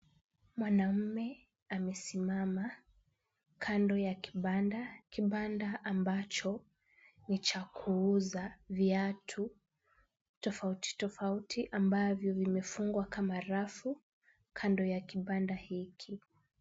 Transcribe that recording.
Mwanamume amesimama kando ya kibanda, kibanda ambacho ni cha kuuza viatu tofauti tofauti ambavyo vimefungwa kama rafu, kando ya kibanda hiki.